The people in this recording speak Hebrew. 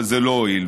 אבל זה לא הועיל.